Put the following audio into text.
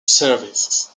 services